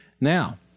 Now